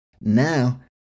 Now